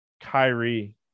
Kyrie